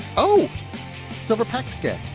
oh. it's over pakistan.